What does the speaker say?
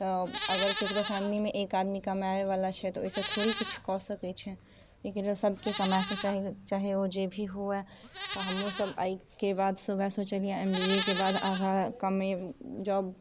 तऽ अगर केकरो फैमिलीमे एक आदमी कमाइ बला छै तऽ ओहिसँ थोड़े किछु कऽ सकै छै एहिके लेल सभके कमाय के चाही चाहे ओ जेभी हुए तऽ हमहुँ सभ आइ के बाद सँ वएह सोचलियै एम बी ए के बाद आगा कमे जोब